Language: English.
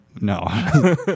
no